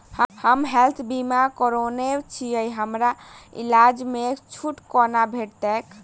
हम हेल्थ बीमा करौने छीयै हमरा इलाज मे छुट कोना भेटतैक?